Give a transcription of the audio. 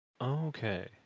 Okay